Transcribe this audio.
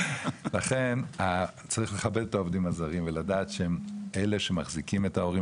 לכן צריך לכבד את העובדים הזרים ולדעת שהם אלה שמחזיקים את ההורים